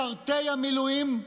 משרתי המילואים,